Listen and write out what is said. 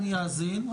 אני אאזין.